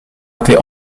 été